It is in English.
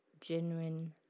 genuine